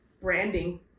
branding